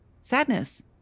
sadness